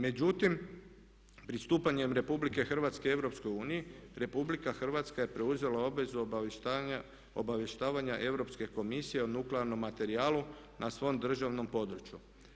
Međutim, pristupanjem RH EU, RH je preuzela obvezu obavještavanja Europske komisije o nuklearnom materijalu na svom državnom području.